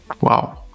Wow